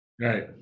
Right